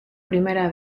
primera